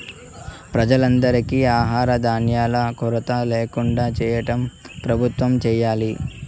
ప్రజలందరికీ ఆహార ధాన్యాల కొరత ల్యాకుండా చేయటం ప్రభుత్వం చేయాలి